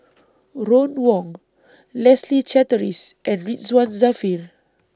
Ron Wong Leslie Charteris and Ridzwan Dzafir